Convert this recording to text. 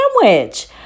sandwich